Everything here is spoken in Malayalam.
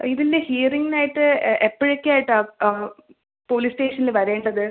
ഇതിൻ്റെ ഹിയറിംഗിന് ആയിട്ട് എപ്പോഴക്കെയായിട്ടാ പോലീസ് സ്റ്റേഷൻല് വരേണ്ടത്